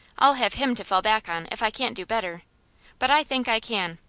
i'll have him to fall back on if i can't do better but i think i can.